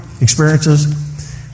experiences